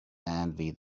envy